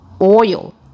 oil